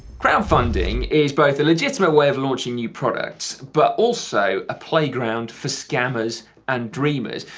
crowdfunding is both a legitimate way of launching new products, but also a playground for scammers and dreamers.